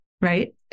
right